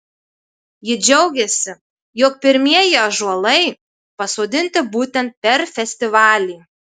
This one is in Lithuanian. ji džiaugėsi jog pirmieji ąžuolai pasodinti būtent per festivalį